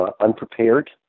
unprepared